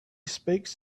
speaks